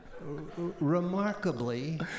remarkably